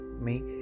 Make